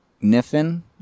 Niffin